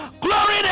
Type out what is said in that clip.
Glory